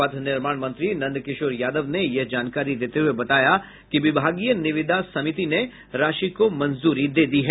पथ निर्माण मंत्री नंदकिशोर यादव ने यह जानकारी देते हुए बताया कि विभागीय निविदा समिति ने राशि को मंजूरी दे दी है